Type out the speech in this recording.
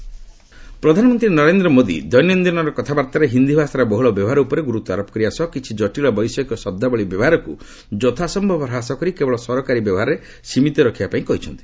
PM Hindi ପ୍ରଧାନମନ୍ତ୍ରୀ ନରେନ୍ଦ୍ର ମୋଦି ଦୈନନ୍ଦିନର କଥାବାର୍ତ୍ତାରେ ହିନ୍ଦୀ ଭାଷାର ବହୁଳ ବ୍ୟବହାର ଉପରେ ଗୁରୁତ୍ୱ ଆରୋପ କରିବା ସହ କିଛି ଜଟିଳ ବୈଷୟିକ ଶବ୍ଦାବଳୀ ବ୍ୟବହାରକୁ ଯଥାସମ୍ଭବ ହ୍ରାସ କରି କେବଳ ସରକାରୀ ବ୍ୟବହାରରେ ସୀମିତ ରଖିବା ପାଇଁ କହିଛନ୍ତି